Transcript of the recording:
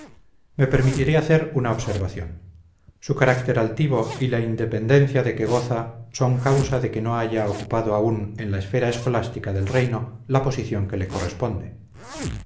me permitiré hacer una observación su carácter altivo y la independencia de que goza son causa de que no haya ocupado aún en la esfera escolástica del reino la posición que le corresponde